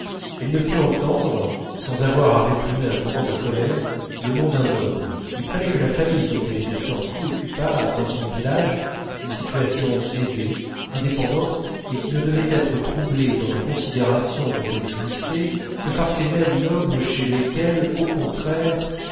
elle ne pût entendre sans avoir à réprimer un mouvement de colère le nom d'un noble il fallait que la famille dont elle était sortie occupât dans son village une situation aisée indépendante et qui ne devait être troublée dans la considération dont elle jouissait que par ces mêmes nobles chez lesquels au contraire